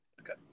Okay